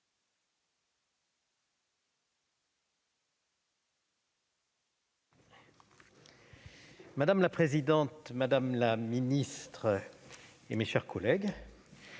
Madame la présidente, madame la ministre, mes chers collègues,